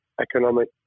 economic